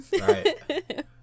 Right